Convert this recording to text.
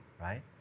right